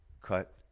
cut